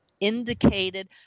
indicated